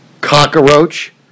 Cockroach